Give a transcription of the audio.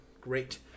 Great